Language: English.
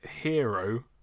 Hero